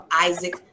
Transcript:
isaac